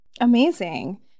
amazing